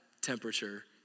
temperature